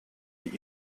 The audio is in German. die